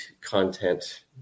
content